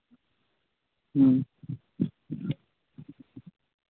ᱦᱩᱸ